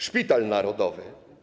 Szpital narodowy.